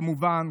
כמובן,